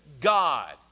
God